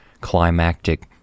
climactic